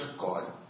God